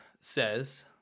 says